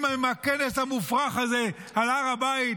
אם בכנס המופרך הזה על הר הבית,